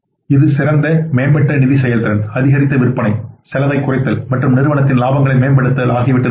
இது சிறந்த மேம்பட்ட நிதி செயல்திறன் அதிகரித்த விற்பனை செலவைக் குறைத்தல் மற்றும் நிறுவனத்தின் இலாபங்களை மேம்படுத்துதல் அவற்றிற்கு உதவும்